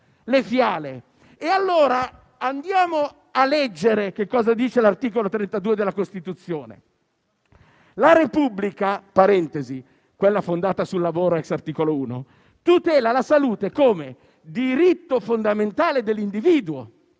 le fiale. Andiamo a leggere allora che cosa dice l'articolo 32 della Costituzione: «la Repubblica» - quella fondata sul lavoro ex articolo 1 - «tutela la salute come diritto fondamentale dell'individuo